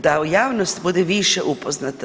Da javnost bude više upoznata.